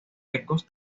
ecos